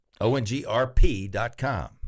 ONGRP.com